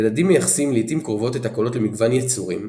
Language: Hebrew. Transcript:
ילדים מייחסים לעיתים קרובות את הקולות למגוון יצורים,